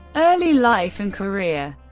early life and career